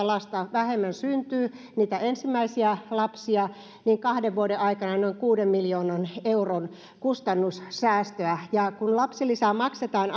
lasta vähemmän syntyy niitä ensimmäisiä lapsia niin kahden vuoden aikana noin kuuden miljoonan euron kustannussäästö jää ja kun lapsilisää maksetaan